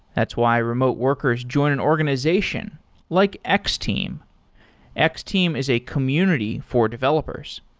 that's why remote workers join an organization like x-team. x-team is a community for developers.